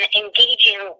engaging